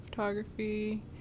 photography